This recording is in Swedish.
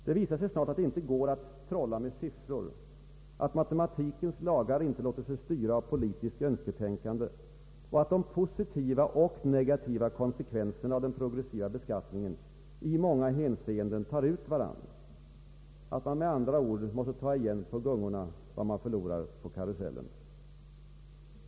Det visar sig snart att det inte går att trolla med siffror, att matematikens lagar inte låter sig styra av politiskt önsketänkande och att de positiva och negativa konsekvenserna av den progressiva beskattningen i många hänseenden tar ut varandra, att man med andra ord måste ta igen på gungorna vad man förlorar på karusellen.